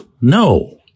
no